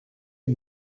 est